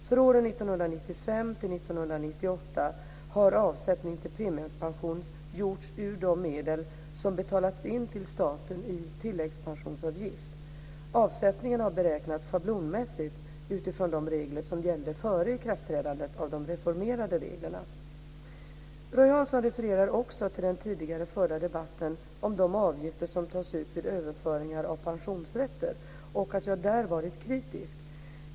För åren 1995-1998 har avsättning till premiepension gjorts ur de medel som betalats in till staten i tilläggspensionsavgift. Avsättningarna har beräknats schablonmässigt utifrån de regler som gällde före ikraftträdandet av de reformerade reglerna. Roy Hansson refererar också till den tidigare förda debatten om de avgifter som tas ut vid överföringar av pensionsrätter och att jag där varit kritisk.